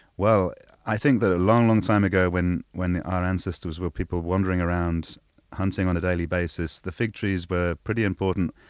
i think that a long, long time ago when when our ancestors were people wandering around hunting on a daily basis, the fig trees were pretty important.